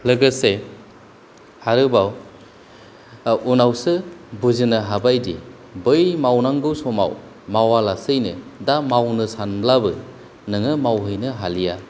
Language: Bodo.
लोगोसे आरोबाव उनावसो बुजिनो हाबाय दि बै मावनांगौ समाव मावालासैनो दा मावनो सानब्लाबो नोङो मावहैनो हालिया